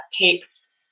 takes